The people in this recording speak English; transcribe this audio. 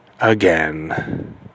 again